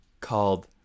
called